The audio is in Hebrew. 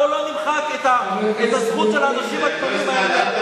בוא ולא נמחק את הזכות של האנשים הגדולים האלה.